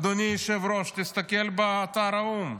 אדוני היושב-ראש, תסתכל באתר האו"ם.